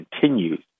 continues